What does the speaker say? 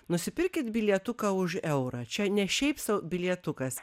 nusipirkit bilietuką už eurą čia ne šiaip sau bilietukas